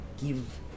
give